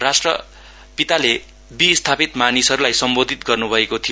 राष्ट्रपिताले विस्थापित मानिसहरुलाई सम्बोधित गर्नुभएको थियो